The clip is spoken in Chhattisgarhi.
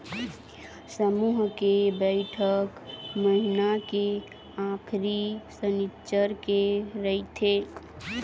समूह के बइठक महिना के आखरी सनिच्चर के रहिथे